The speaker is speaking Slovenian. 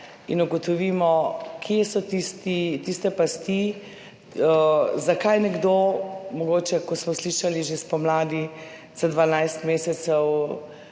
in ugotovimo, kje so tiste pasti, zakaj nekdo mogoče, kot smo slišali že spomladi, za 12 mesecev